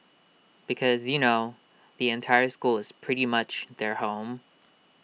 because you know the entire school is pretty much their home